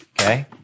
okay